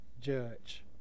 judge